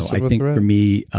i think for me.